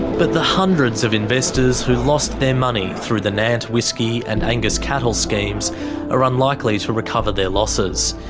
but the hundreds of investors who lost their money through the nant whisky and angus cattle schemes are unlikely to recover their losses.